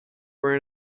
ran